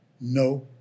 No